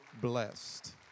blessed